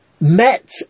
met